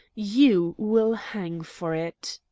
you will hang for it!